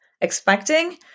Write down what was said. expecting